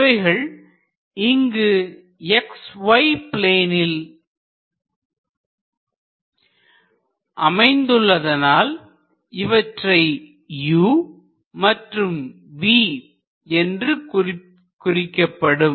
இவைகள் இங்கு x y ப்ளேனில் அமைந்துள்ளதனால் இவற்றை u மற்றும் v என்று குறிக்கப்படும்